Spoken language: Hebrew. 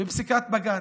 בפסיקת בג"ץ.